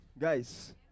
guys